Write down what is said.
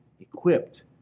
equipped